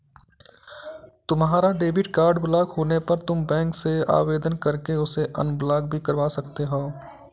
तुम्हारा debit card block होने पर तुम बैंक से आवेदन करके उसे अनब्लॉक भी करवा सकते हो